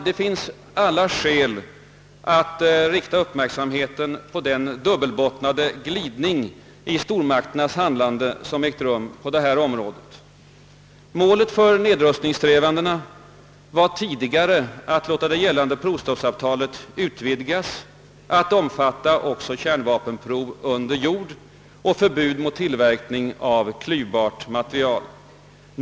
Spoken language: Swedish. Det finns skäl att rikta uppmärksamheten på den dubbelbottnade glidning i stormakternas handlande som ägt rum på detta område. Målet för nedrustningssträvandena var tidigare att låta det nu gällande provstoppsavtalet utvidgas att omfatta även kärnvapenprov under jord och förbud mot tillverkning av klyvbart material.